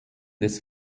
des